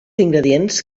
ingredients